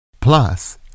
plus